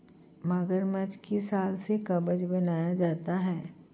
मगरमच्छ की खाल से कवच बनाया जाता है